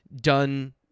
done